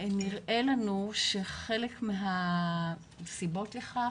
ונראה לנו שחלק מהסיבות לכך,